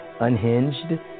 unhinged